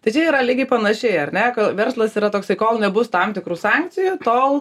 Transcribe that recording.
tai čia yra lygiai panašiai ar ne verslas yra toksai kol nebus tam tikrų sankcijų tol